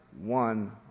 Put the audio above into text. one